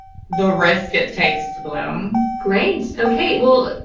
the risk it takes to bloom. great. okay. well,